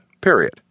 period